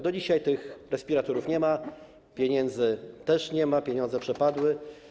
Do dzisiaj tych respiratorów nie ma, pieniędzy też nie ma, pieniądze przepadły.